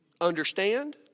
Understand